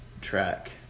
track